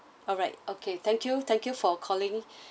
alright okay thank you thank you for calling